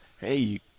hey